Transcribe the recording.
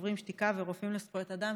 שוברים שתיקה ורופאים לזכויות אדם,